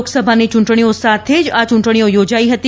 લોકસભાની ચૂંટણીઓ સાથે જ આ ચૂંટણીઓ યોજાઈ હતી